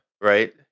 right